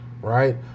Right